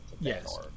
Yes